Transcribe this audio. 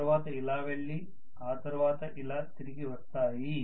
ఆ తరువాత ఇలా వెళ్లి ఆ తర్వాత ఇలా తిరిగి వస్తాయి